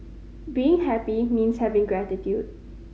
being happy means having gratitude